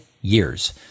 years